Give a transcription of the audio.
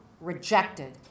rejected